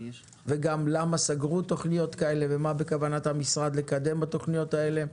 וגם למה סגרו תוכניות כאלה ומה בכוונת המשרד לקדם בתוכניות האלה,